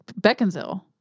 Beckinsale